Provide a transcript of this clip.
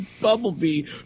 Bumblebee